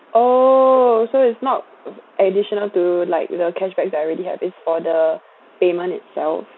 oh so it's not additional to like the cashback that I already have it for the payment itself